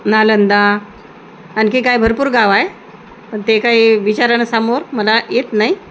नालंदा आणखी काय भरपूर गाव आहे पण ते काही विचारा ना समोर मला येत नाही